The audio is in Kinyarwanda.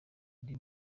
undi